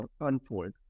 unfold